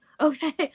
okay